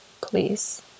please